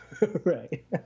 Right